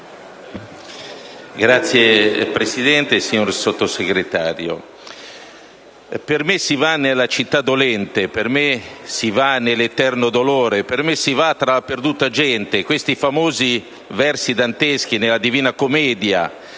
Signora Presidente, signor Sottosegretario, «per me si va ne la città dolente, per me si va ne l'etterno dolore, per me si va tra la perduta gente»: questi sono famosi versi danteschi della Divina Commedia.